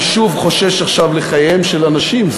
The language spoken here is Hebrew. אני שוב חושש עכשיו לחייהם של אנשים.